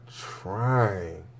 trying